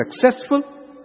successful